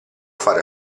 fare